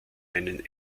einen